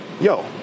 yo